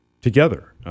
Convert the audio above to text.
together